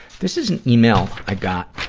this is an email i got,